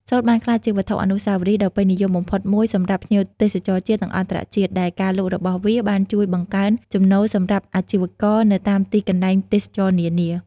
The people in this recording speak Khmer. សូត្របានក្លាយជាវត្ថុអនុស្សាវរីយ៍ដ៏ពេញនិយមបំផុតមួយសម្រាប់ភ្ញៀវទេសចរណ៍ជាតិ និងអន្តរជាតិ ដែលការលក់របស់វាបានជួយបង្កើនចំណូលសម្រាប់អាជីវករនៅតាមទីកន្លែងទេសចរណ៍នានា។